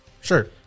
Sure